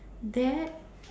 that